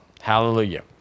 hallelujah